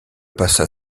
passa